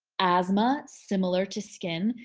asthma, similar to skin.